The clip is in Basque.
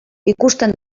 ikusten